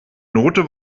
note